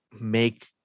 Make